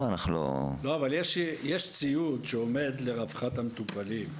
יש ציוד שעומד לרווחת המטופלים.